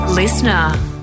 Listener